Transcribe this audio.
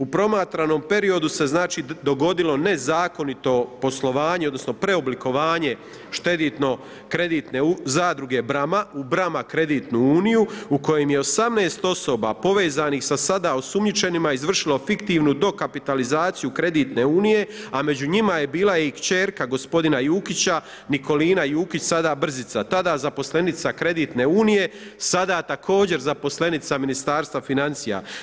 U promatranom periodu se dogodilo nezakonito poslovanje odnosno preoblikovanje kreditne zadruge Bra-ma u Bra-ma kreditnu uniju u kojem je 18 osoba povezanih sa sada osumnjičenima izvršilo fiktivnu dokapitalizaciju kreditne unije, a među njima je bila i kćerka gospodina Jukića, Nikolina Jukić sada Brzica, tada zaposlenica kreditne unije, sada također zaposlenica Ministarstva financija.